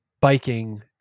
biking